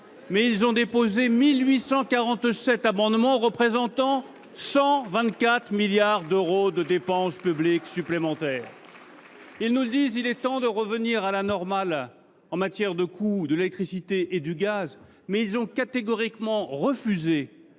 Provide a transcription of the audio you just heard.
loi de finances 1 847 amendements représentant 124 milliards d’euros de dépense publique supplémentaire ! Ils nous disent qu’il est temps de revenir à la normale en matière de coût de l’électricité et du gaz, mais ils ont catégoriquement refusé